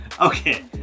Okay